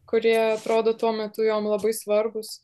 kurie atrodo tuo metu jom labai svarbūs